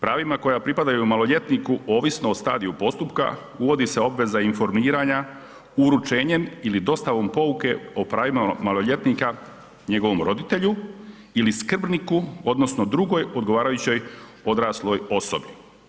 Pravima koja pripadaju maloljetniku ovisno o stadiju postupka uvodi se obveza informiranja uručenjem ili dostavom pouke o pravima maloljetnika, njegovom roditelju ili skrbniku odnosno drugoj odgovarajućoj odrasloj osobi.